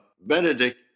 Benedict